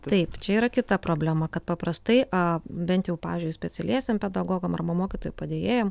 taip čia yra kita problema kad paprastai a bent jau pavyzdžiui specialiesiem pedagogam ar mokytojų padėjėjam